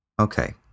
Okay